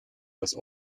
das